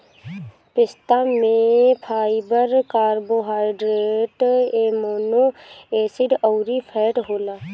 पिस्ता में fibre, carbohydrate, amino acid अउरी फैट होला